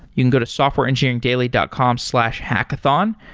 you can go to softwareengineeringdaily dot com slash hackathon.